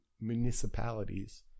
municipalities